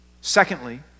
Secondly